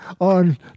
on